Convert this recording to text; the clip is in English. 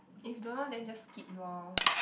if don't know then just skip lor